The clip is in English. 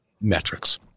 metrics